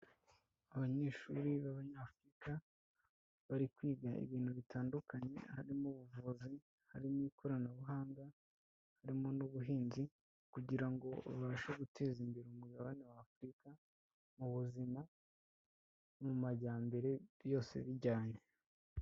Abanyeshuri b'abanyafurika bari kwiga ibintu bitandukanye, harimo ubuvuzi, harimo ikoranabuhanga, harimo n'ubuhinzi kugira ngo babashe guteza imbere umugabane wa Afurika mu buzima no mu majyambere byose bijyanye.